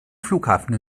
flughafen